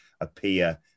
appear